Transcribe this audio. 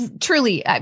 truly